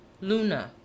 Luna